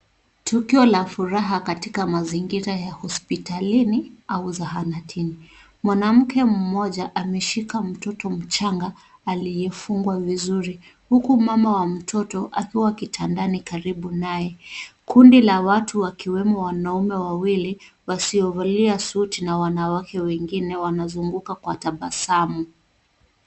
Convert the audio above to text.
Tukio la furaha katika mazingira ya hospitalini au zahanatini. Mwanamke mmoja ameshika mtoto mchanga aliyefungwa vizuri huku mama wa mtoto akiwa kitandani karibu naye. Kundi la watu wakiwemo wanaume wawili wasiovalia suti na wanawake wengine wanazunguka kwa tabasamu.